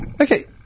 Okay